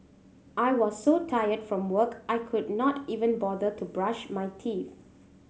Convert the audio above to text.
I was so tired from work I could not even bother to brush my teeth